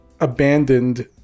abandoned